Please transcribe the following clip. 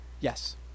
Yes